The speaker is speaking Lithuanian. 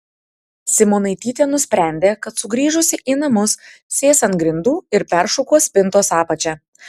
simonaitytė nusprendė kad sugrįžusi į namus sės ant grindų ir peršukuos spintos apačią